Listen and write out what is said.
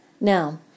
Now